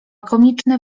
komiczne